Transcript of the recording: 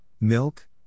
milk